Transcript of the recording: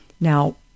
Now